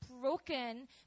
broken